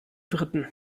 briten